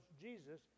Jesus